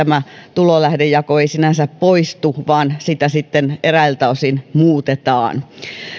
tulolähdejako ei sinänsä poistu vaan sitä eräiltä osin muutetaan